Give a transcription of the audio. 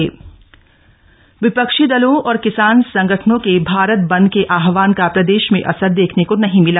भारत बंद असर विपक्षी दलों और किसान संगठनों के भारत बंद के आहवान का प्रदेश में असर देखने को नहीं मिला